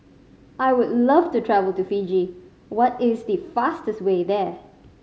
I would love to travel to Fiji What is the fastest way there